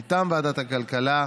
מטעם ועדת הכלכלה: